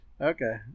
Okay